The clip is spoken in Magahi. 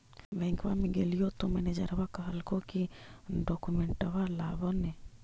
बैंकवा मे गेलिओ तौ मैनेजरवा कहलको कि डोकमेनटवा लाव ने?